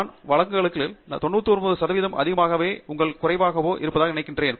நான் வழக்குகளில் 99 சதவிகிதம் அதிகமாகவோ அல்லது குறைவாகவோ இருப்பதாக நினைக்கிறேன்